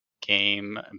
game